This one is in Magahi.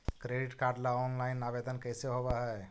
क्रेडिट कार्ड ल औनलाइन आवेदन कैसे होब है?